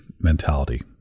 mentality